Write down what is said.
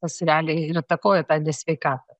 kas realiai ir įtakoja tą ne sveikatą